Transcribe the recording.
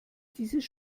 dieses